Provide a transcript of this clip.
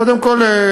קודם כול,